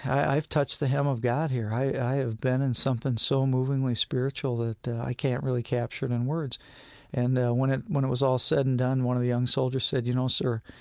i've touched the hem of god here. i have been in something so movingly spiritual that i can't really capture it in words and when it when it was all said and done, one of the young soldiers said, you know, sir,